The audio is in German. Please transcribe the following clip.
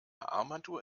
armbanduhr